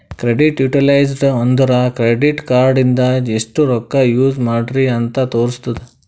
credit utilised ಅಂದುರ್ credit card ಇಂದ ಎಸ್ಟ್ ರೊಕ್ಕಾ ಯೂಸ್ ಮಾಡ್ರಿ ಅಂತ್ ತೋರುಸ್ತುದ್